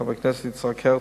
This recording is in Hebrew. חבר הכנסת יצחק הרצוג,